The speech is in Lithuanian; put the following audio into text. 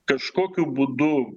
kažkokiu būdu